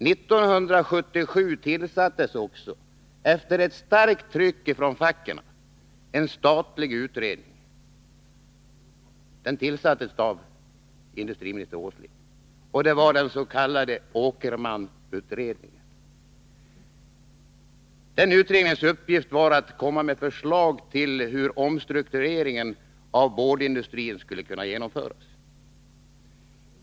1977 tillsatte industriminister Åsling, efter ett starkt tryck från facken, en statlig utredning, den s.k. Åkermanutredningen. Dess uppgift var att komma med förslag till hur omstruktureringen av boardindustrin skulle kunna genomföras.